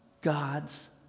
God's